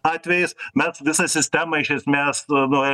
atvejais mes visą sistemą iš esmės nu